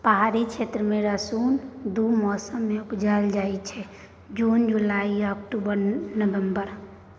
पहाड़ी क्षेत्र मे रसुन दु मौसम मे उपजाएल जाइ छै जुन जुलाई आ अक्टूबर नवंबर